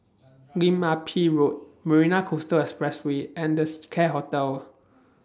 Lim Ah Pin Road Marina Coastal Expressway and The Seacare Hotel